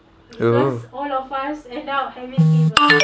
orh